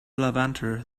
levanter